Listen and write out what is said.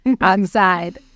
outside